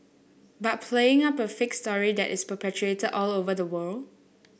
but playing up a fake story that is perpetuated all over the world